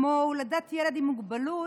כמו הולדת ילד עם מוגבלות,